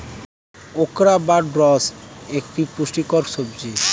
okra বা ঢ্যাঁড়স একটি পুষ্টিকর সবজি